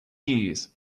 years